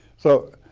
so